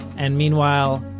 and meanwhile,